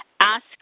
ask